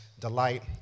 delight